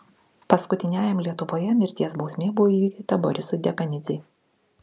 paskutiniajam lietuvoje mirties bausmė buvo įvykdyta borisui dekanidzei